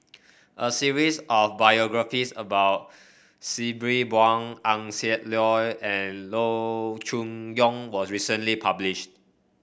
a series of biographies about Sabri Buang Eng Siak Loy and Loo Choon Yong was recently published